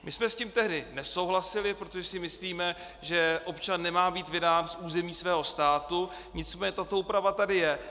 My jsme s tím tehdy nesouhlasili, protože si myslíme, že občan nemá být vydán z území svého státu, nicméně tato úprava tady je.